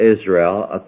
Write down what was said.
Israel